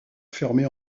fermé